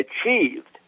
achieved